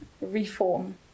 reform